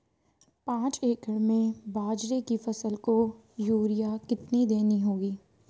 पांच एकड़ में बाजरे की फसल को यूरिया कितनी देनी होगी?